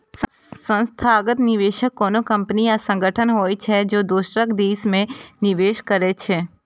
संस्थागत निवेशक कोनो कंपनी या संगठन होइ छै, जे दोसरक दिस सं निवेश करै छै